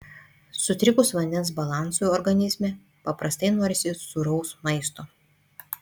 sutrikus vandens balansui organizme paprastai norisi sūraus maisto